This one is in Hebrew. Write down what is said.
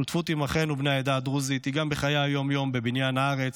השותפות עם אחינו בני העדה הדרוזית היא גם בחיי היום-יום בבניין הארץ,